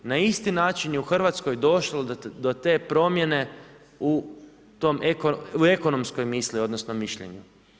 Na isti način je u Hrvatskoj došlo do te promijene u ekonomskoj misli, odnosno mišljenju.